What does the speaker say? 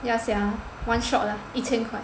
ya sia one shot lah 一千块